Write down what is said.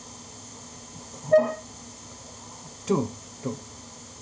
two two